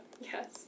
Yes